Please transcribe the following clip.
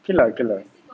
okay lah okay lah